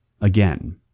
Again